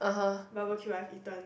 barbeque I have eaten